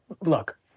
look